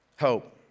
hope